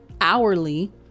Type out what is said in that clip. hourly